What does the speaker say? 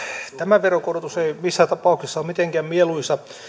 tämä veronkorotus ei missään tapauksessa ole mitenkään mieluisa